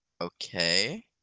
okay